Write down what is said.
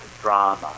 drama